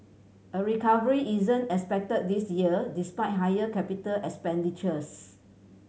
a recovery isn't expected this year despite higher capital expenditures